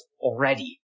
already